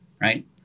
Right